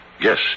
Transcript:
Yes